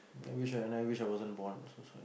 I wish I and I wish I wasn't born also